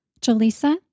Jalisa